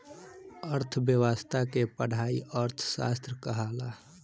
अर्थ्व्यवस्था के पढ़ाई अर्थशास्त्र कहाला